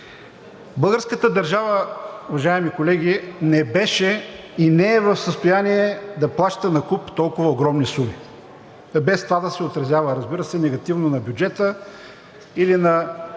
Българската държава, уважаеми колеги, не беше и не е в състояние да плаща накуп толкова огромни суми, без това да се отразява, разбира се, негативно на бюджета или на